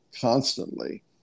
constantly